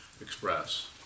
express